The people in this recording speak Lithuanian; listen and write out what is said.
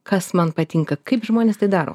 kas man patinka kaip žmonės tai daro